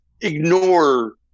ignore